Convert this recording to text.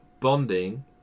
bonding